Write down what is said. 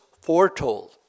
foretold